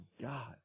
God